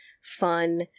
fun